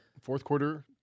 fourth-quarter